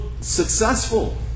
successful